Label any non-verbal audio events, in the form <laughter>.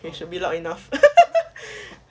you should be loud enough <laughs>